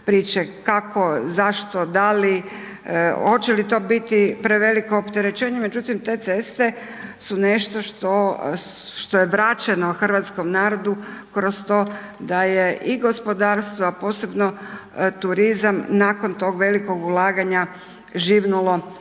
priče kako, zašto, da li, hoće li to biti preveliko opterećenje, međutim, te ceste su nešto što je vraćeno hrvatskom narodu kroz to da je i gospodarstvo, a posebno turizam nakon tog velikog ulaganja živnulo u